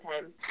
time